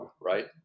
right